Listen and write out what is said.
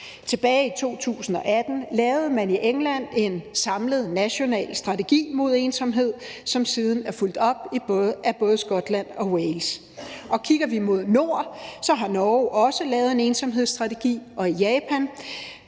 Tilbage i 2018 lavede man i England en samlet national strategi mod ensomhed, som siden er fulgt op af både Skotland og Wales. Og kigger vi mod nord, har Norge også lavet en ensomhedsstrategi. Og i Japan